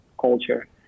culture